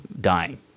dying